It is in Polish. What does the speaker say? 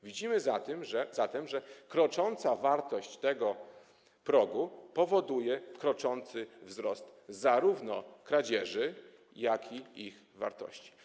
Widzimy zatem, że krocząca wartość tego progu powoduje kroczący wzrost zarówno kradzieży, jak i ich wartości.